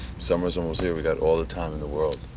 summer's almost here. we've got all the time in the world.